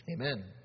amen